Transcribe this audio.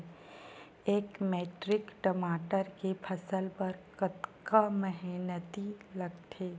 एक मैट्रिक टमाटर के फसल बर कतका मेहनती लगथे?